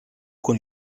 con